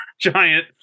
giant